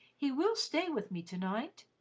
he will stay with me to-night?